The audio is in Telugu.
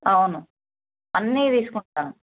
అవును అన్నీ తీసుకుంటాను